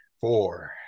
four